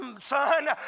Son